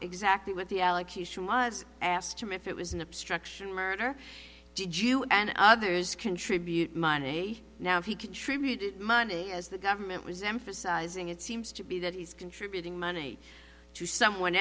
exactly what the allocution was asked him if it was an obstruction murder did you and others contribute money now if he contributed money as the government was emphasizing it seems to be that he's contributing money to someone